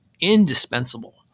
indispensable